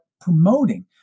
promoting